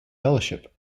fellowship